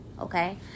okay